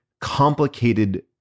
complicated